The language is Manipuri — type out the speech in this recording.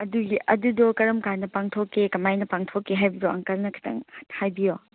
ꯑꯗꯨꯒꯤ ꯑꯗꯨꯗꯣ ꯀꯔꯝ ꯀꯥꯟꯗ ꯄꯥꯡꯊꯣꯛꯀꯦ ꯀꯃꯥꯏꯅ ꯄꯥꯡꯊꯣꯛꯀꯦ ꯍꯥꯏꯕꯗꯣ ꯑꯪꯀꯜꯅ ꯈꯤꯇꯪ ꯍꯥꯏꯕꯤꯌꯣ